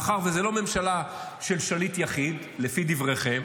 מאחר שזו לא ממשלה של שליט יחיד, לפי דבריכם,